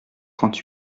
trente